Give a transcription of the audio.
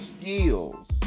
skills